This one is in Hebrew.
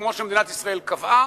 כמו שמדינת ישראל קבעה,